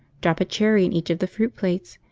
drop a cherry in each of the fruit-plates,